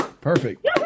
Perfect